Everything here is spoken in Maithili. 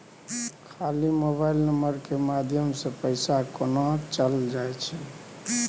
खाली मोबाइल नंबर के माध्यम से पैसा केना चल जायछै?